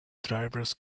drivers